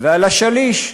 ועל השליש.